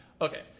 okay